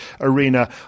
Arena